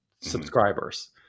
subscribers